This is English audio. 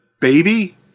baby